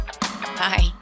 Bye